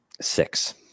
Six